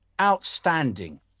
Outstanding